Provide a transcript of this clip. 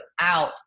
out